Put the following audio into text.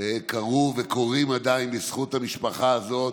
קרו ועדיין קורים בזכות המשפחה הזאת.